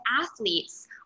athletes